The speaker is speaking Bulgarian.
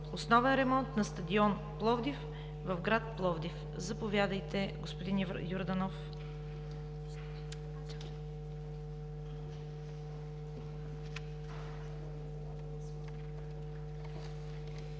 основен ремонт на стадион „Пловдив“ в град Пловдив. Заповядайте, господин Йорданов.